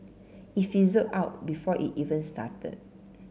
it fizzled out before it even started